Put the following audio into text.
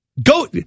Go